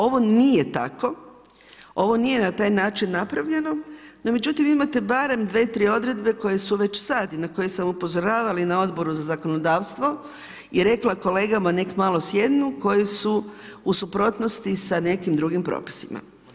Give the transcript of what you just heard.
Ovo nije tako, ovo nije na takav način napravljeno, no međutim vi imate barem dve, tri odredbe koje su već sada i na koje sam upozoravala i na Odboru za zakonodavstvo i rekla kolegama nek malo sjednu koji su u suprotnosti sa nekim drugim propisima.